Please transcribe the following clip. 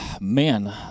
man